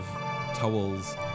towels